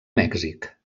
mèxic